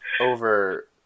over